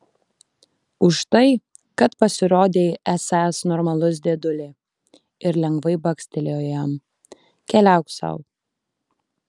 už tai kad pasirodei esąs normalus dėdulė ir lengvai bakstelėjo jam keliauk sau